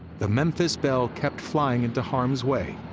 the memphis belle kept flying into harm's way,